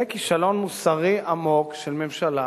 זה כישלון מוסרי עמוק של ממשלה,